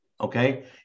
okay